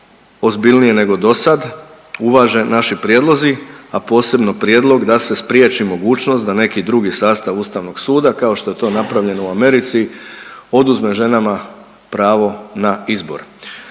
ozbiljnije nego dosad uvaže naši prijedlozi, a posebno prijedlog da se spriječi mogućnost da neki drugi sastav ustavnog suda, kao što je to napravljeno u Americi, oduzme ženama pravo na izbor.